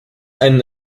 einen